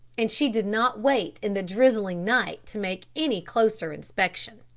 and she did not wait in the drizzling night to make any closer inspection.